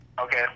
Okay